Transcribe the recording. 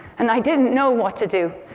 and i didn't know what to do.